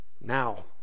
now